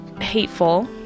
hateful